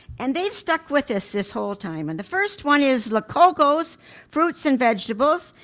and they've stuck with us this whole time, and the first one is lococo's fruits and vegetables,